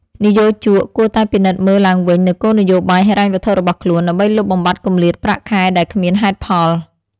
និយោជកគួរតែពិនិត្យមើលឡើងវិញនូវគោលនយោបាយហិរញ្ញវត្ថុរបស់ខ្លួន ដើម្បីលុបបំបាត់គម្លាតប្រាក់ខែដែលគ្មានហេតុផល។